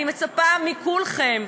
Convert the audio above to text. אני מצפה מכולכם,